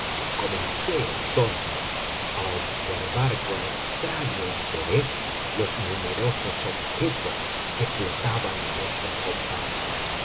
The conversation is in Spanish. comencé entonces a observar con extraño interés los numerosos objetos que flotaban en nuestra compañía